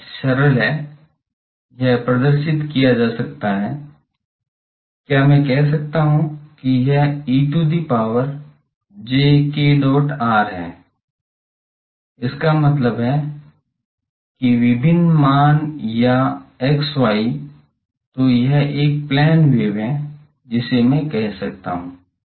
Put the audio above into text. यह सरल है यह प्रदर्शित किया जा सकता है क्या मैं कह सकता हूं कि यह e to the power j k dot r है इसका मतलब है विभिन्न मान या x y तो यह एक प्लेन वेव है जिसे मैं कह सकता हूं